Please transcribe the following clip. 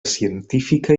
científica